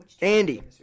Andy